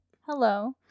hello